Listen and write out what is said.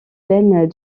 plaines